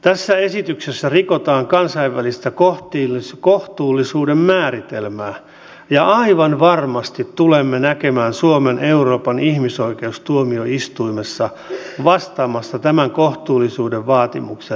tässä esityksessä rikotaan kansainvälistä kohtuullisuuden määritelmää ja aivan varmasti tulemme näkemään suomen euroopan ihmisoikeustuomioistuimessa vastaamassa tämän kohtuullisuuden vaatimuksen rikkomisesta